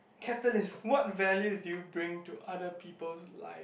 Capitalist what value did you bring to other people life